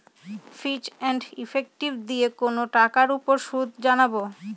ফিচ and effective দিয়ে কোনো টাকার উপর সুদ জানবো